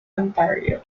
ontario